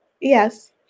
Yes